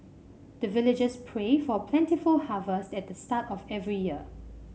the villagers pray for plentiful harvest at the start of every year